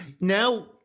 now